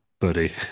buddy